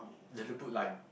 then you put lime